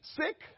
sick